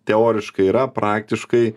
teoriškai yra praktiškai